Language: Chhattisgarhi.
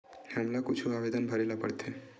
हमला कुछु आवेदन भरेला पढ़थे?